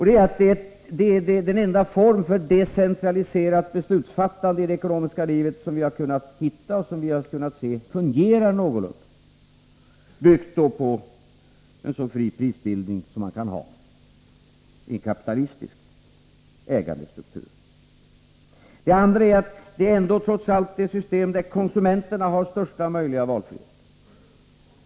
Det är den enda form för decentraliserat beslutsfattande i det ekonomiska livet som vi har kunnat se fungerar någorlunda, byggt på en så fri prisbildning som man kan ha i en kapitalistisk ägandestruktur. Det andra är att det är trots allt det system där konsumenterna har största möjliga valfrihet.